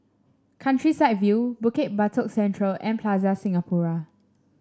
Countryside View Bukit Batok Central and Plaza Singapura